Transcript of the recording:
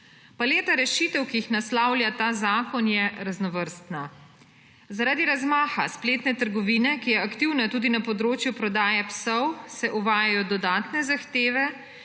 Paleta rešitev, ki jih naslavlja ta zakon, je raznovrstna. Zaradi razmaha spletne trgovine, ki je aktivna tudi na področju prodaje psov, se uvajajo dodatne zahteve,